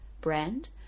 brand